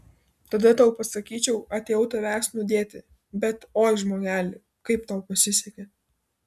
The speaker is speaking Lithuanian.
tada tau pasakyčiau atėjau tavęs nudėti bet oi žmogeli kaip tau pasisekė